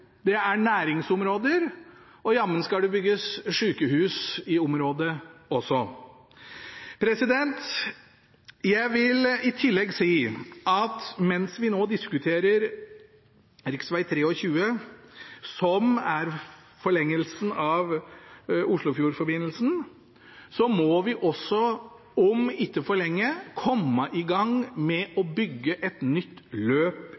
Det er næringsområder. Og jammen skal det bygges sykehus i området også. Jeg vil i tillegg si at mens vi nå diskuterer rv. 23, som er forlengelsen av Oslofjordforbindelsen, må vi også om ikke for lenge komme i gang med å bygge et nytt løp